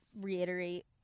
reiterate